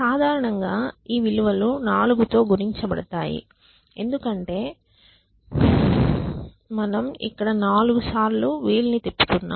సాధారణంగా ఈ విలువలు 4 తో గుణించబడతాయి ఎందుకంటే మన ఇక్కడ 4 సార్లు వీల్ ని తిప్పుతున్నాం